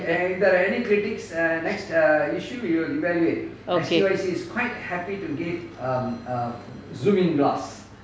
okay